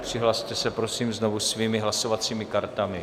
Přihlaste se prosím znovu svými hlasovacími kartami.